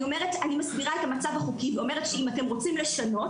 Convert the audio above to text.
אני מסבירה את המצב החוקי ואומרת שאם אתם רוצים לשנות,